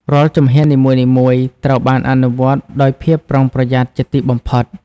រាល់ជំហាននីមួយៗត្រូវបានអនុវត្តដោយភាពប្រុងប្រយ័ត្នជាទីបំផុត។